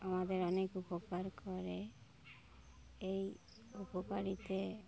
আমাদের অনেক উপকার করে এই উপকারিতে